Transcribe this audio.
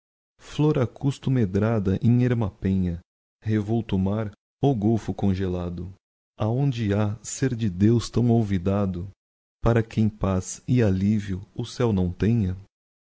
flor a custo medrada em erma penha revolto mar ou golfo congelado aonde ha ser de deus tão olvidado para quem paz e alivio o céo não tenha